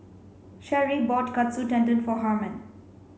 Sherree bought Katsu Tendon for Harmon